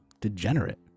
degenerate